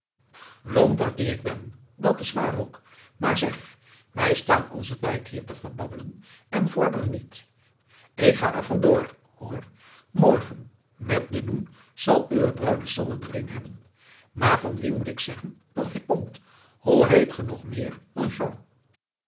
lomperd die ik ben dat is waar ook maar zeg wij staan onzen tijd hier te verbabbelen en we vorderen niet ik ga er van door hoor morgen met den noen zal uwe bruine sanne den ring hebben maar van wien moet ik zeggen dat hij komt hoe heet ge nog meer